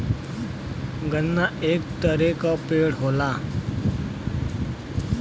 गन्ना एक तरे क पेड़ होला